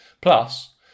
Plus